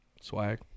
Swag